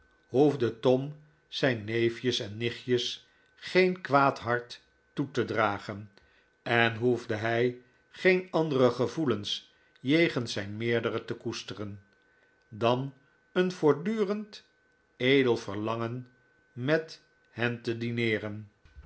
hoefde tom zijn neefjes en nichtjes geen kwaad hart toe te dragen en hoefde hij geen andere gevoelens jegens zijn meerderen te koesteren dan een voortdurend edel verlangen met hen te dineeren